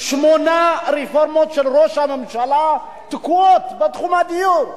שמונה רפורמות של ראש הממשלה בתחום הדיור תקועות.